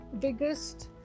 biggest